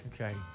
Okay